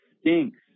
stinks